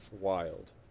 wild